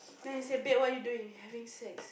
then he say baby what are you doing having sex